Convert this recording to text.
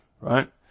right